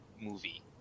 movie